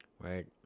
right